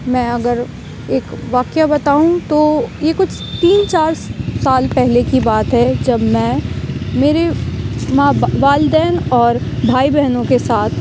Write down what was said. میں اگر ایک واقعہ بتاؤں تو یہ کچھ تین چار سال پہلے کی بات ہے جب میں میرے ماں با والدین اور بھائی بہنوں کے ساتھ